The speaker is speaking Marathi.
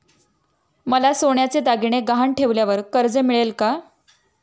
मला सोन्याचे दागिने गहाण ठेवल्यावर कर्ज मिळेल का?